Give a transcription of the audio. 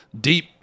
deep